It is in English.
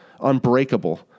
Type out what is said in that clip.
unbreakable